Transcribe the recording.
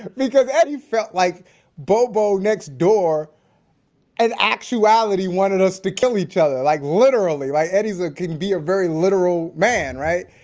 because eddie felt like bobo next door in actuality wanted us to kill each other, like literally, like eddie like can be a very literal man, right.